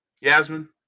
Yasmin